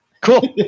Cool